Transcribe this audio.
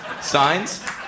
Signs